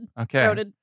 Okay